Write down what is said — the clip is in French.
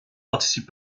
participe